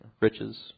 riches